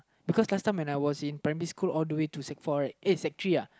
because last time when I was in primary school all the way to Sec four rightuhSec three uh